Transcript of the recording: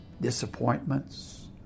disappointments